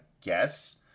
guess